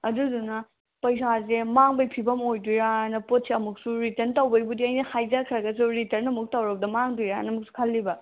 ꯑꯗꯨꯗꯨꯅ ꯄꯩꯁꯥꯁꯦ ꯃꯥꯡꯕꯒꯤ ꯐꯤꯚꯝ ꯑꯣꯏꯗꯣꯏꯔꯥꯅ ꯄꯣꯠꯁꯦ ꯑꯃꯨꯛꯁꯨ ꯔꯤꯇꯟ ꯇꯧꯕꯒꯤꯕꯨꯗꯤ ꯑꯩꯅ ꯍꯥꯏꯖꯈ꯭ꯔꯒꯁꯨ ꯔꯤꯇꯟ ꯑꯃꯨꯛ ꯇꯧꯔꯨꯕꯗ ꯃꯥꯡꯗꯣꯏꯔꯥꯅ ꯑꯃꯨꯛꯁꯨ ꯈꯂꯂꯤꯕ